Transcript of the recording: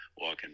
walking